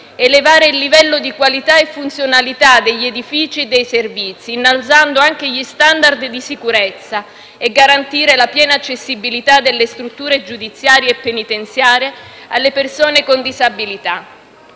elevare il livello di qualità e funzionalità degli edifici e dei servizi, innalzando anche gli *standard* di sicurezza e garantire la piena accessibilità delle strutture giudiziarie e penitenziarie alle persone con disabilità;